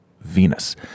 Venus